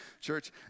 Church